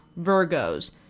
Virgos